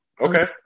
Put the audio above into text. Okay